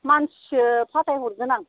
मानसिसो फाथायहरगोन आं